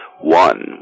one